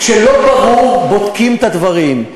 כשלא ברור, בודקים את הדברים.